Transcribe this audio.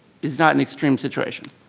is not an extreme situation.